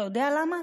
אתה יודע למה?